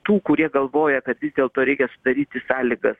tų kurie galvoja kad vis dėlto reikia sudaryti sąlygas